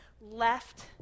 left